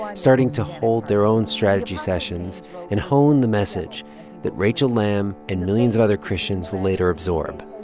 yeah starting to hold their own strategy sessions and hone the message that rachel lamb and millions of other christians will later absorb.